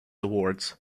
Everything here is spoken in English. awards